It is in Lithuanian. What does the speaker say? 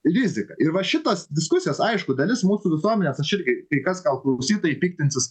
rizika ir va šitos diskusijos aišku dalis mūsų visuomenės aš irgi kai kas gal klausytojai piktinsis